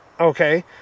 Okay